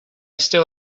still